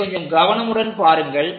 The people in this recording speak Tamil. இதைக் கொஞ்சம் கவனமுடன் பாருங்கள்